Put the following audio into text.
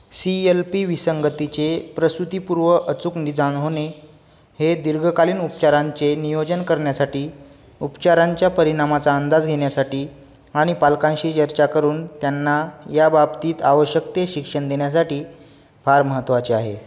C L P विसंगतीचे प्रसूतीपूर्व अचूक निदान होणे हे दीर्घकालीन उपचारांचे नियोजन करण्यासाठी उपचारांच्या परिणामाचा अंदाज घेण्यासाठी आणि पालकांशी चर्चा करून त्यांना या बाबतीत आवश्यक ते शिक्षण देण्यासाठी फार महत्वाचे आहे